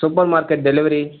super market delivery